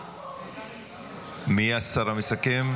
מי השר המסכם?